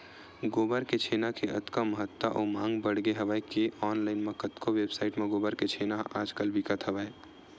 गोबर के छेना के अतका महत्ता अउ मांग बड़गे हवय के ऑनलाइन म कतको वेबसाइड म गोबर के छेना ह आज कल बिकत हवय